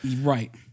Right